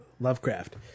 lovecraft